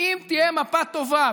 אם תהיה מפה טובה,